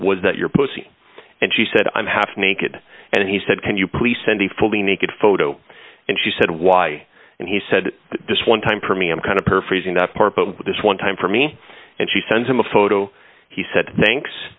was that your pussy and she said i'm half naked and he said can you please send a fully naked photo and she said why and he said just one time for me i'm kind of her phrasing that part but this one time for me and she sent him a photo he said thanks